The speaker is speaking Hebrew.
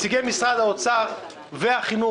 נציגי משרד האוצר והחינוך,